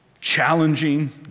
challenging